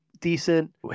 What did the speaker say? decent